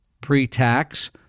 Pre-tax